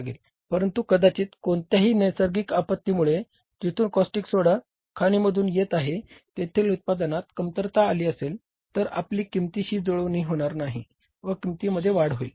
परंतु कदाचित कोणत्यातरी नैसर्गिक आपत्तीमुळे जिथून कॉस्टिक सोडा खाणी मधून येत आहे तेथील उत्पादनात कमतरता आली असेल तर आपली किंमतीशी जुळवणी होणार नाही व किंमतीमध्ये वाढ होईल